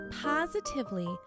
positively